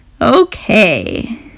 Okay